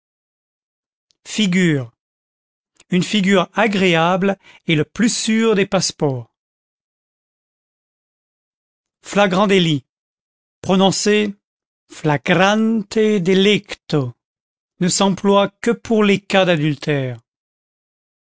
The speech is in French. figure une figure agréable est le plus sûr des passeports flagrant délit prononcer flagrante delicto ne s'emploie que pour les cas d'adultère